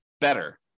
better